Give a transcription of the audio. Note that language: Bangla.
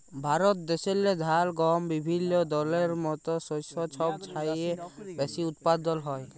ভারত দ্যাশেল্লে ধাল, গহম বিভিল্য দলের মত শস্য ছব চাঁয়ে বেশি উৎপাদল হ্যয়